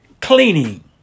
cleaning